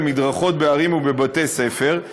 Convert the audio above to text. על מדרכות בערים ובבתי-ספר.